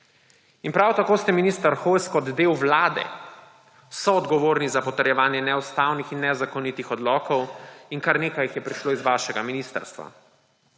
Prav tako ste, minister Hojs, kot del vlade soodgovorni za potrjevanje neustavnih in nezakonitih odlokov, in kar nekaj jih je prišlo iz vašega ministrstva.